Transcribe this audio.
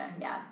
Yes